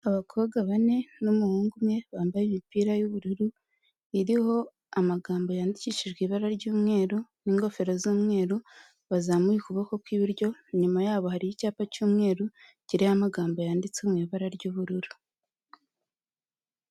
Abakobwa bane n'umuhungu umwe bambaye imipira y'ubururu iriho amagambo yandikishijwe ibara ry'umweru n'ingofero z'umweru bazamuye ukuboko kw'iburyo inyuma yabo hari icyapa cy'umweru kiriho amagamboga yanditse mu ibara ry'ubururu.